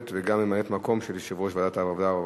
ישראל.